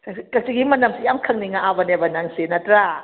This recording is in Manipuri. ꯀꯛꯆꯤꯡꯒꯤ ꯃꯅꯝꯁꯦ ꯌꯥꯝ ꯈꯪꯅꯤꯡꯉꯛꯑꯕꯅꯦꯕ ꯅꯪꯁꯦ ꯅꯠꯇ꯭ꯔꯥ